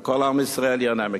וכל עם ישראל ייהנה מכך.